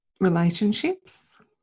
relationships